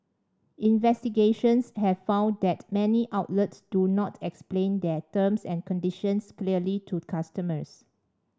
investigations have found that many outlets do not explain their terms and conditions clearly to customers